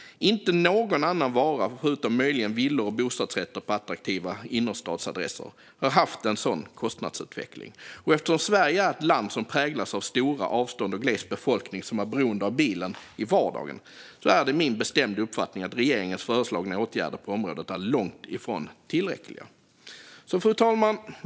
Inte någon annan vara, förutom möjligen villor och bostadsrätter på attraktiva innerstadsadresser, har haft en sådan kostnadsutveckling. Eftersom Sverige är ett land som präglas av stora avstånd och gles befolkning som är beroende av bilen i vardagen är det min bestämda uppfattning att regeringens föreslagna åtgärder på området är långt ifrån tillräckliga. Fru talman!